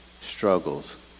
struggles